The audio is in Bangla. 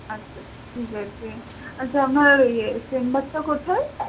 আচ্ছা ঠিক আছে আচ্ছা আপনার ইয়ে চেম্বারটা কোথায়